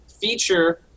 feature